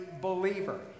believer